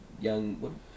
young